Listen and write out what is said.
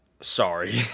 Sorry